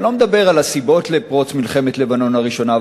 אני לא מדבר על הסיבות לפרוץ מלחמת לבנון הראשונה.